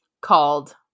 called